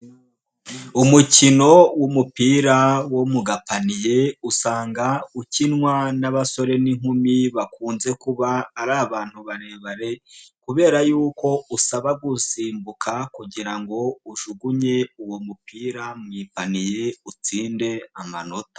Umukino w'umupira wo mu gapaniye usanga ukinwa n'abasore n'inkumi bakunze kuba ari abantu barebare kubera yuko usaba gusimbuka kugira ngo ujugunye uwo mupira mu ipaniye utsinde amanota.